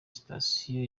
sitasiyo